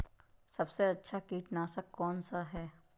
सबसे अच्छा कीटनाशक कौनसा है?